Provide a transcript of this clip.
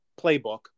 playbook